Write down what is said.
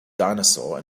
dinosaur